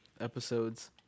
episodes